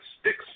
sticks